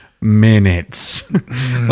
minutes